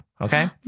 okay